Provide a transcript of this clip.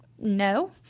No